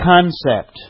concept